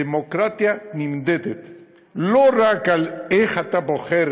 דמוקרטיה נמדדת לא רק באיך אתה בוחר,